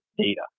data